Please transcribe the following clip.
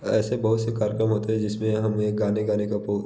ऐसे बहुत से कार्यक्रम होते हैं जिसमें हमें गाने गाने का बो